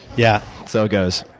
yeah. so it goes.